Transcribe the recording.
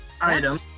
item